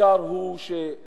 העיקר הוא להעביר,